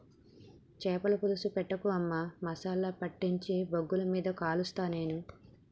చాపల పులుసు పెట్టకు అమ్మా మసాలా పట్టించి బొగ్గుల మీద కలుస్తా నేను